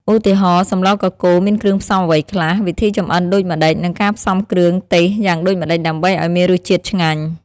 ឧទាហរណ៍ សម្លរកកូរមានគ្រឿងផ្សំអ្វីខ្លះ វិធីចម្អិនដូចម្តេច និងការផ្សំគ្រឿងទេសយ៉ាងដូចម្តេចដើម្បីឱ្យមានរសជាតិឆ្ញាញ់។